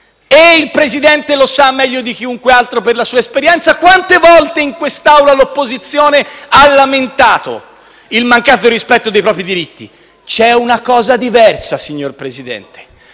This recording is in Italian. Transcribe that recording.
e il Presidente sa meglio di chiunque altro, per la sua esperienza, quante volte in quest'Aula l'opposizione ha lamentato il mancato rispetto dei propri diritti. Ora c'è però una cosa diversa, signor Presidente: